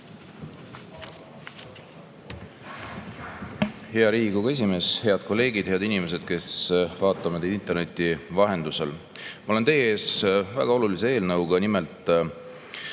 Hea Riigikogu esimees! Head kolleegid! Head inimesed, kes vaatavad meid interneti vahendusel! Ma olen teie ees väga olulise eelnõuga, mis